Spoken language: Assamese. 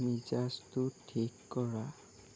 মেজাজটো ঠিক কৰা